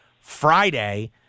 Friday –